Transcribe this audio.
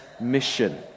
mission